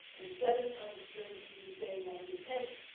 and seven times turns to you saying i repent,